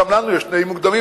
גם לנו יש תנאים מוקדמים,